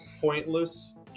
pointless